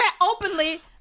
openly